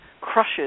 crushes